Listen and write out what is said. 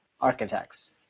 architects